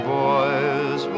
boys